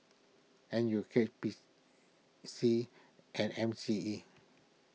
N U K B C and M C E